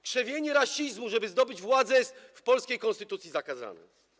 Krzewienie rasizmu, żeby zdobyć władzę, jest w polskiej konstytucji zakazane.